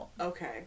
Okay